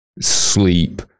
sleep